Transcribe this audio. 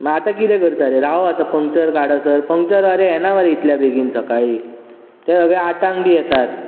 मागीर आतां कितें करता रे रावूं आतां पंक्चर काडसर पंक्चरवाले येना मरे इतले बेगीन सकाळी ते सगळे आठांक बी येतात